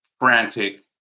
frantic